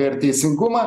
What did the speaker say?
ir teisingumą